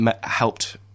helped